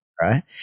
right